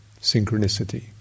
synchronicity